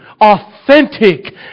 authentic